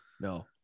No